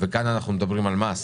וכאן אנחנו מדברים על מס,